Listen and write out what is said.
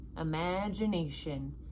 imagination